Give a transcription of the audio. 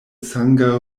sanga